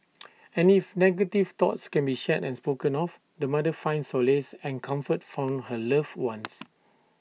and if negative thoughts can be shared and spoken of the mother finds solace and comfort from her loved ones